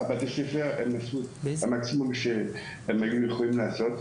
בתי הספר עשו את המקסימום שהם היו יכולים לעשות,